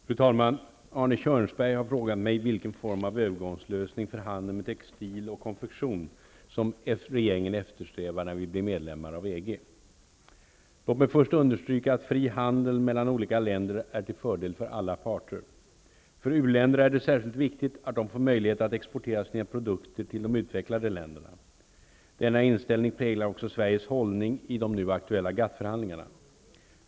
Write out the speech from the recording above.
Fru talman! Arne Kjörnsberg har frågat mig vilken form av övergångslösning för handeln med textil och konfektion som regeringen eftersträvar när Låt mig först understryka att fri handel mellan olika länder är till fördel för alla parter. För u-länderna är det särskilt viktigt att få möjlighet att exportera sina produkter till de utvecklade länderna. Denna inställning präglar också Sveriges hållning i de nu aktuella GATT-förhandlingarna.